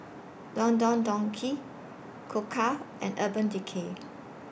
Don Don Donki Koka and Urban Decay